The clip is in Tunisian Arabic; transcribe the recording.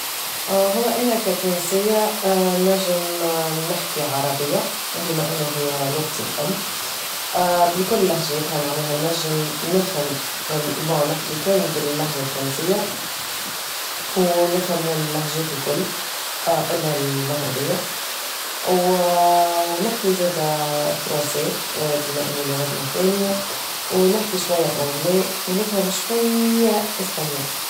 هو انا كتونسية نجم نحكي عربية بما انو هي لغتي الام بكل لهجاتها معناها نجم نفهم bon نحكي كان بلهجة تونسية و نفهم اللهجات الكل الا المغربية و نحكي زادا فرونسي بما انو لغتنا الثانية و نحكي شوية اونغلي و نفهم شوية اسبانيول